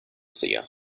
seer